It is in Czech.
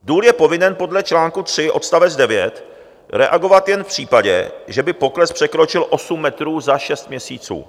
Důl je povinen podle čl. 3 odst. 9 reagovat jen v případě, že by pokles překročil 8 metrů za šest měsíců.